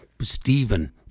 Stephen